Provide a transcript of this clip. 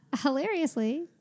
Hilariously